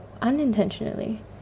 unintentionally